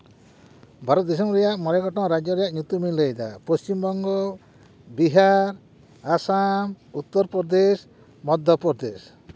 ᱵᱷᱟᱨᱚᱛ ᱫᱤᱥᱚᱢ ᱨᱮᱭᱟᱜ ᱢᱚᱬᱮ ᱜᱚᱴᱮᱱ ᱨᱟᱡᱽᱡᱚ ᱨᱮᱭᱟᱜ ᱧᱩᱛᱩᱢᱤᱧ ᱞᱟᱹᱭᱫᱟ ᱯᱚᱥᱪᱤᱢᱵᱚᱝᱜᱚ ᱵᱤᱦᱟᱨ ᱟᱥᱟᱢ ᱩᱛᱛᱚᱨᱯᱨᱚᱫᱮᱥ ᱢᱚᱫᱽᱫᱷᱚᱯᱨᱚᱫᱮᱥ